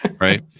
right